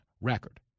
record